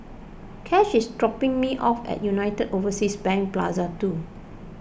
Kash is dropping me off at United Overseas Bank Plaza two